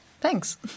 Thanks